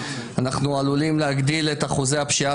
אנחנו עלולים להגדיל את אחוזי השפיעה